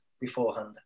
beforehand